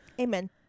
amen